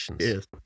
yes